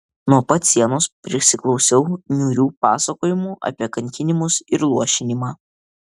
nuo pat sienos prisiklausiau niūrių pasakojimų apie kankinimus ir luošinimą